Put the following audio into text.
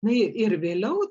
na ir vėliau